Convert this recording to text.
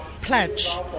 pledge